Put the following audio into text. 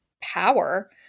power